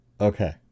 Okay